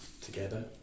together